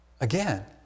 again